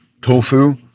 tofu